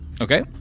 Okay